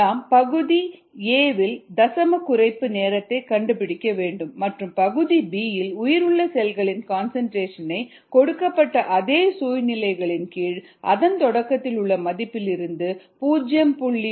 நாம் பகுதி a வில் தசம குறைப்பு நேரத்தை கண்டுபிடிக்க வேண்டும் மற்றும் பகுதி b இல் உயிருள்ள செல்களின் கன்சன்ட்ரேஷன் ஐ கொடுக்கப்பட்ட அதே சூழ்நிலைகளின் கீழ் அதன் தொடக்கத்தில் உள்ள மதிப்பில் இருந்து 0